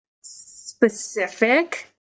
specific